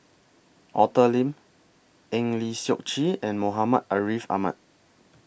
Arthur Lim Eng Lee Seok Chee and Muhammad Ariff Ahmad